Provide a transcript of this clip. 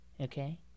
Okay